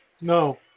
No